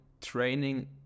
training